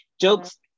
jokes